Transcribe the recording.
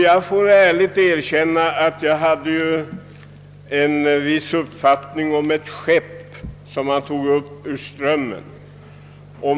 Jag skall ärligt erkänna alt jag hade min uppfattning om ett visst skepp som man tog upp ur Strömmen.